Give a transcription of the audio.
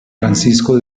francisco